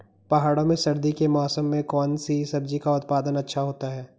पहाड़ों में सर्दी के मौसम में कौन सी सब्जी का उत्पादन अच्छा होता है?